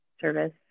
service